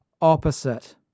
opposite